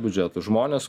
biudžetą žmonės